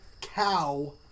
cow